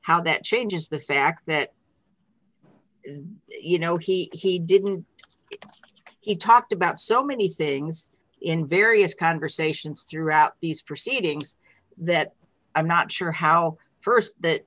how that changes the fact that you know he didn't he talked about so many things in various conversations throughout these proceedings that i'm not sure how st that